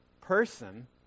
person